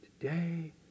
Today